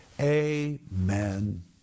amen